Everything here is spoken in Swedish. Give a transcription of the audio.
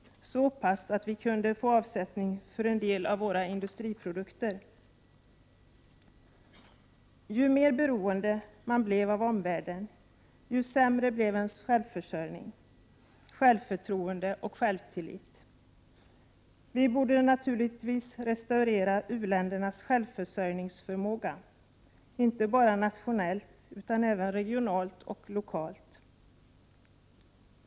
1988/89:99 kunde få avsättning för en del av våra industriprodukter. 19 april 1989 Ju mer beroende man blir av omvärlden, desto sämre blir ens självförsörjning, självförtroende och självtillit. Vi borde naturligtvis restaurera uländernas självförsörjningsförmåga inte bara nationellt utan även regionalt och lokalt.